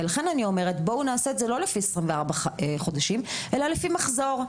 לכן אני אומרת בואו נעשה את זה לא לפי 24 חודשים אלא לפי מחזור.